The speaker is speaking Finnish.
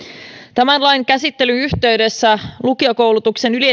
tämän lain käsittelyn yhteydessä lukiokoulutuksen